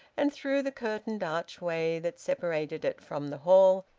and through the curtained archway that separated it from the hall,